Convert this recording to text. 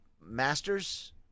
Masters